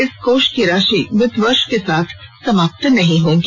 इस कोष की राशि वित्तवर्ष के साथ समाप्त नहीं होंगी